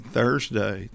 Thursday